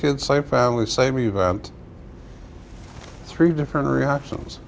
kids same family same event three different reactions